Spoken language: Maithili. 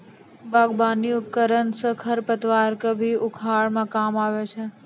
बागबानी उपकरन सँ खरपतवार क भी उखारै म काम आबै छै